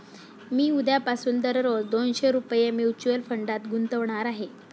मी उद्यापासून दररोज दोनशे रुपये म्युच्युअल फंडात गुंतवणार आहे